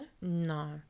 No